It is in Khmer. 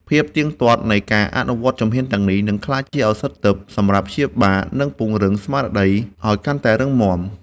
ភាពទៀងទាត់នៃការអនុវត្តជំហានទាំងនេះ នឹងក្លាយជាឱសថទិព្វសម្រាប់ព្យាបាល និងពង្រឹងស្មារតីឱ្យកាន់តែរឹងមាំ។